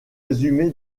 résumé